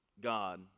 God